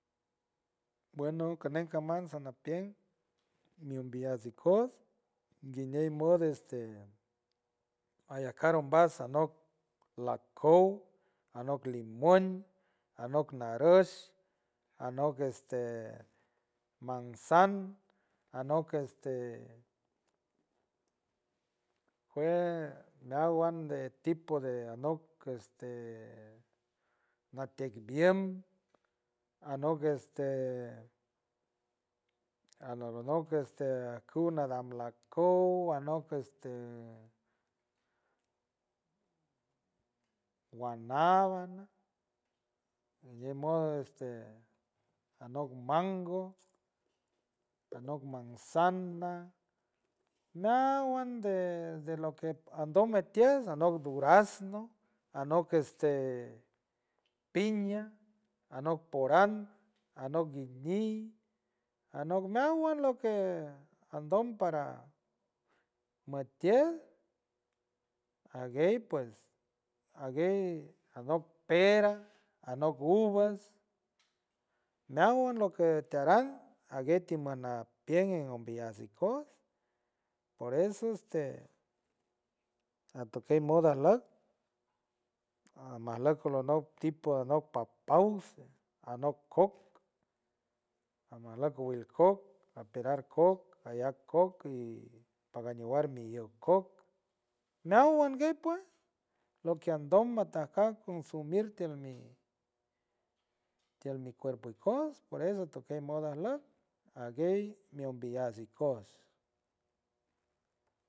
Bueno canej cananks cananpies niumbiyas ikost guiñey modo este ayancarumbas anot lacout anok limuen anok narosh anok este manzan anok este jue meawuan de tipo de anok deste natkeitviel anok este alovonot este acunadan lacou anok este wanabana iñemodo este anok mango anok manzana meawand de aloke andot mekiet anot durazno anok queste piña anok poran anok guiñi anok meawan loke andot paran metiel aguey pues aguey anok pera anok uvas meawuan a loke tiarat aguiet ti mona pien en umbeyas ikots por eso este atokel moda lok amalok alonok tipo de papause alonok welcoco apelar coc rayar coc y aparagueyay coc meawandeu pue loke andak toc consumir telmi, tielmi cuerpu cos por eso tokel moda lok aguey meumbiyas ikos.